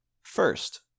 first